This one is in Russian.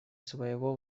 своего